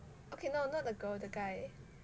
okay no not the girl the guy